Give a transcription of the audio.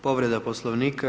Povreda Poslovnika.